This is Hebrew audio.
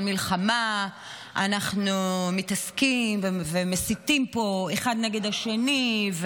מלחמה אנחנו מתעסקים ומסיתים פה אחד נגד השני,